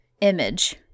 image